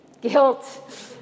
Guilt